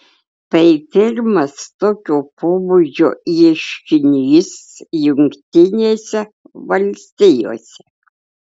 tai pirmas tokio pobūdžio ieškinys jungtinėse valstijose